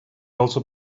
also